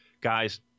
guys